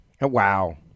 Wow